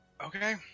okay